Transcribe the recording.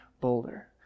Boulder